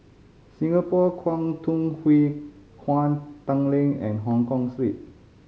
Singapore Kwangtung Hui Kuan Tanglin and Hongkong Street